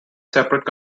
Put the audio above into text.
separate